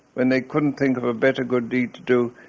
when they couldn't think of a better good deed to do,